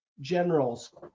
generals